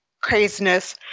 craziness